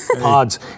pods